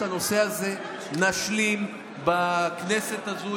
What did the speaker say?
את הנושא הזה נשלים בכנסת הזו,